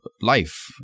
life